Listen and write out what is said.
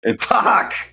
Fuck